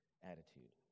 Attitude